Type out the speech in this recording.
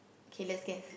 okay let's guess